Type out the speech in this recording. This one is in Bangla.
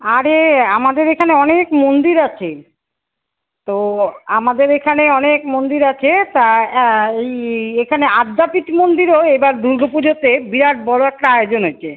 আরে আমাদের এখানে অনেক মন্দির আছে তো আমাদের এখানে অনেক মন্দির আছে তা এই এখানে আদ্যাপীঠ মন্দিরেও এবার দুর্গোপুজোতে বিরাট বড় একটা আয়োজন হয়েছে